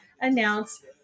announce